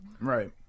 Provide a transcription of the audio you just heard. right